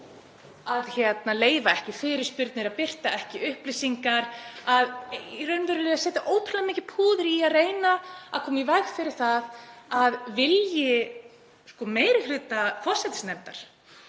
að leyfa ekki fyrirspurnir, að birta ekki upplýsingar; hefur í raun sett ótrúlega mikið púður í að reyna að koma í veg fyrir að vilji meiri hluta forsætisnefndar